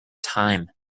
time